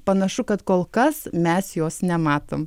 panašu kad kol kas mes jos nematom